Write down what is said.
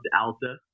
Alta